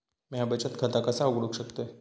म्या बचत खाता कसा उघडू शकतय?